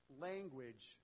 language